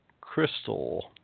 crystal